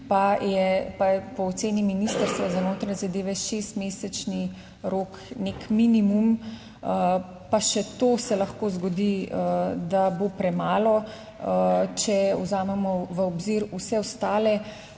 pa je po oceni Ministrstva za notranje zadeve šestmesečni rok nek minimum, pa še to se lahko zgodi, da bo premalo, če vzamemo v obzir vse ostale